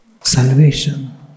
salvation